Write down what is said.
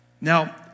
Now